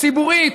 ציבורית.